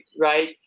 right